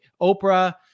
Oprah